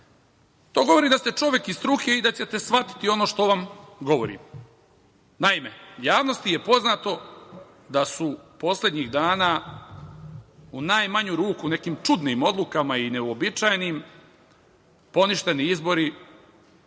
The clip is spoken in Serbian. To govori da ste čovek iz struke i da ćete shvatiti ono što vam govorim. Naime, javnosti je poznato da su poslednjih dana u najmanju ruku nekim čudnim odlukama i neuobičajenim poništeni izbori